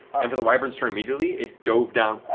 and for the wyvern's turn immediately it dove down,